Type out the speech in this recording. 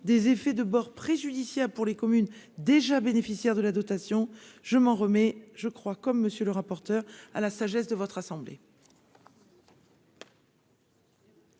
des effets de bord préjudiciable pour les communes déjà bénéficiaires de la dotation, je m'en remets je crois comme monsieur le rapporteur à la sagesse de votre assemblée.